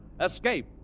Escape